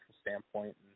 standpoint